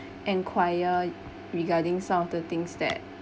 enquire regarding some of the things that